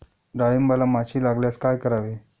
डाळींबाला माशी लागल्यास काय करावे?